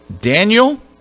Daniel